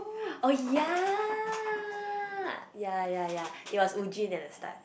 oh ya ya ya ya it was Woo-Jin at the start